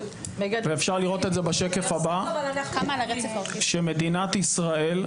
ואפשר לראות את זה בשקף הבא שמדינת ישראל,